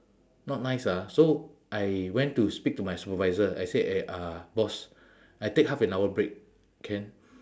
not nice ah so I went to speak to my supervisor I say eh uh boss I take half an hour break can